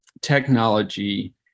technology